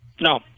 No